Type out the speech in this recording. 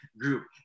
group